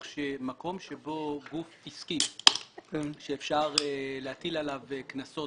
שמקום שבו גוף עסקי שאפשר להטיל עליו קנסות,